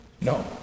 No